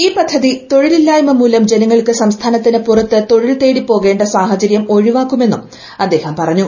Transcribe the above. ഈ പദ്ധ്യതി തൊഴിലില്ലായ്മ മൂലം ജനങ്ങൾക്ക് സംസ്ഥാനത്തിനു പുറത്ത് തൊഴിൽ തേടി പോകേണ്ട സാഹചര്യം ഒഴിവാക്കുമെന്നും അദ്ദേഹം പറഞ്ഞു